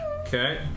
Okay